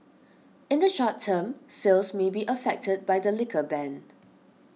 in the short term sales may be affected by the liquor ban